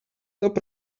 top